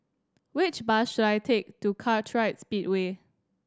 which bus should I take to Kartright Speedway